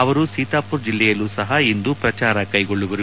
ಅವರು ಸೀತಾಪುರ್ ಜಿಲ್ಲೆಯಲ್ಲೂ ಸಹ ಇಂದು ಪ್ರಚಾರ ಕ್ಟೆಗೊಳ್ಳುವರು